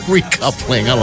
Recoupling